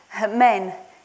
men